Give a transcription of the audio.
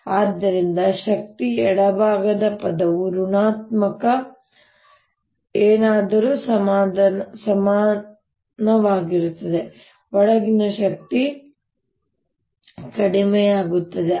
ಮತ್ತು ಆದ್ದರಿಂದ ಶಕ್ತಿ ಎಡಭಾಗದ ಪದವು ಋಣಾತ್ಮಕ ಏನಾದರೂ ಸಮನಾಗಿರುತ್ತದೆ ಒಳಗಿನ ಶಕ್ತಿ ಕಡಿಮೆಯಾಗುತ್ತದೆ